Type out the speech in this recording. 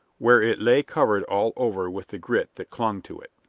where it lay covered all over with the grit that clung to it.